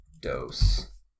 dose